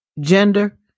gender